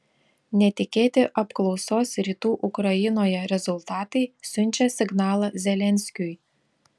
netikėti apklausos rytų ukrainoje rezultatai siunčia signalą zelenskiui